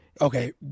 Okay